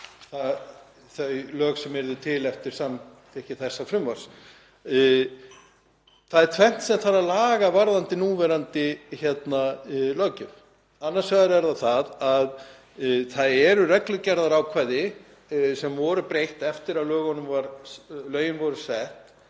þau lög sem yrðu til eftir samþykki þessa frumvarps. Það er tvennt sem þarf að laga varðandi núverandi löggjöf. Annars vegar það að það eru reglugerðarákvæði sem var breytt eftir að lögin voru sett